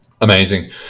Amazing